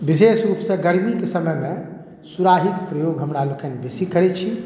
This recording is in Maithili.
विशेष रूपसँ गरमीके समयमे सुराहीके प्रयोग हमरा लोकनि बेसी करैत छी